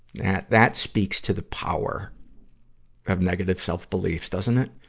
that, that speaks to the power of negative self-beliefs, doesn't it?